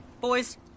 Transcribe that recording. Boys